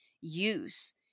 use